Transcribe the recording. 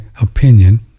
opinion